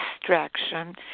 distraction